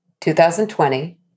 2020